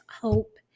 Hope